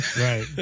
Right